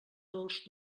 dolç